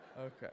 Okay